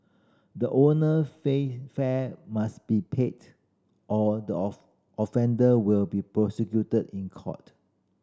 the owner fare must be paid or the of offender will be prosecuted in court